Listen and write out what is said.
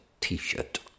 t-shirt